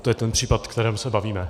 To je ten případ, o kterém se bavíme.